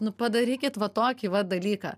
nu padarykit va tokį va dalyką